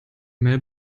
mail